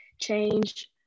change